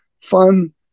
fun